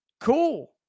Cool